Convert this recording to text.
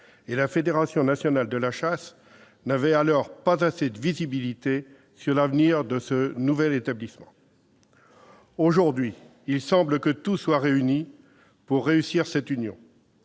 et la Fédération nationale de la chasse n'avaient alors pas assez de visibilité sur l'avenir de ce nouvel établissement. Aujourd'hui, il semble que tout soit réuni pour réussir cette union.